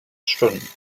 stunden